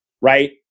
right